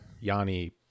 Yanni